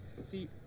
See